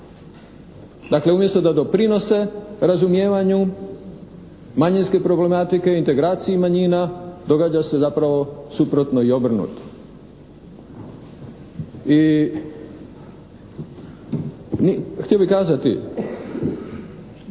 Dakle umjesto da doprinose razumijevanju manjinske problematike, integraciji manjina događa se zapravo suprotno i obrnuto. I htio bih kazati